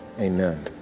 amen